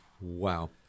wow